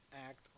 act